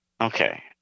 Okay